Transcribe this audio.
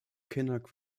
kinnock